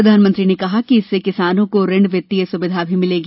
प्रधानमंत्री ने कहा कि इससे किसानों को ऋण वित्तीय सुविधा भी मिलेगी